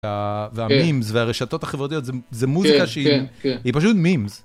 והמימס והרשתות החברתיות זה מוזיקה שהיא פשוט מימס.